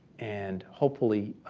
and hopefully